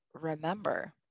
remember